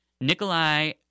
Nikolai